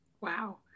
Wow